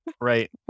Right